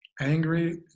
angry